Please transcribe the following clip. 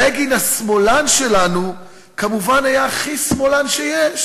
בגין השמאלן שלנו כמובן היה הכי שמאלן שיש.